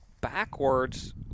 backwards